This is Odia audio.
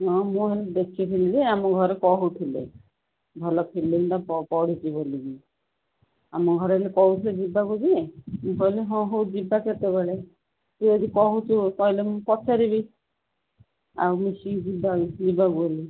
ହଁ ମୁଁ ଦେଖିଥିଲି ଯେ ଆମ ଘରେ କହୁଥିଲେ ଭଲ ଫିଲ୍ମଟା ପଡ଼ିଛି ବୋଲି କି ଆମ ଘରେ ବି କହୁଥିଲେ ଯିବାକୁ ଯେ ମୁଁ କହିଲି ହଁ ହଉ ଯିବା କେତେବେଳେ ତୁ ଯଦି କହୁଛୁ ତା ହେଲେ ମୁଁ ପଚାରିବି ଆଉ ମିଶିକି ଯିବାକୁ ଯିବାକୁ ବୋଲି